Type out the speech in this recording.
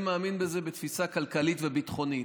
אני מאמין בזה בתפיסה כלכלית וביטחונית.